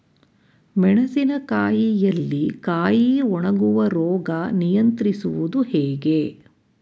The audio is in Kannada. ಮೆಣಸಿನ ಕಾಯಿಯಲ್ಲಿ ಕಾಯಿ ಒಣಗುವ ರೋಗ ನಿಯಂತ್ರಿಸುವುದು ಹೇಗೆ?